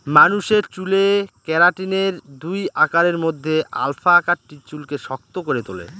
মানুষের চুলে কেরাটিনের দুই আকারের মধ্যে আলফা আকারটি চুলকে শক্ত করে তুলে